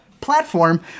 platform